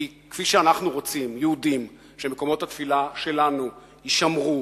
כי כפי שאנחנו היהודים רוצים שמקומות התפילה שלנו יישמרו,